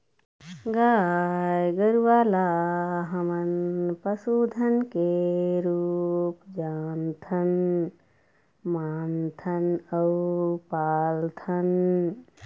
गाय गरूवा ल हमन पशु धन के रुप जानथन, मानथन अउ पालथन